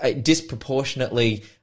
disproportionately